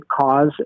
cause